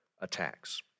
attacks